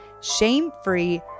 Shame-free